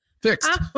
Fixed